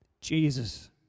Jesus